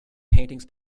paintings